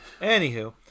Anywho